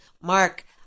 mark